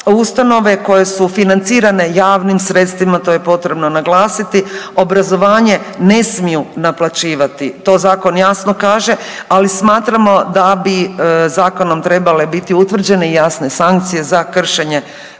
ustanove koje su financirane javnim sredstvima to je potrebno naglasiti obrazovanje ne smiju naplaćivati. To zakon jasno kaže, ali smatramo da bi zakonom trebale biti utvrđene i jasne sankcije za kršenje